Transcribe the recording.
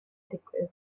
digwydd